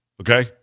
Okay